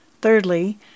Thirdly